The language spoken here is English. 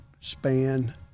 span